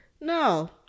no